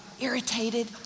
irritated